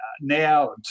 now